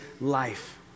life